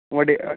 ஓடி